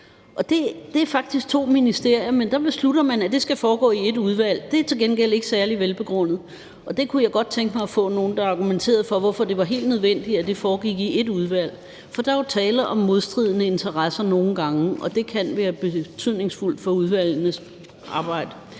det er faktisk to ministerier, men der beslutter man, at det skal foregå i ét udvalg. Det er til gengæld ikke særlig velbegrundet, og der kunne jeg godt tænke mig, at der var nogen, der argumenterede for, hvorfor det var helt nødvendigt, at det foregik i ét udvalg. For der er jo tale om modstridende interesser nogle gange, og det kan være betydningsfuldt for udvalgenes arbejde.